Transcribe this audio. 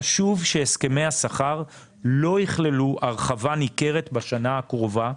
חשוב שהסכמי השכר לא יכללו הרחבה ניכרת בשנה הקרובה,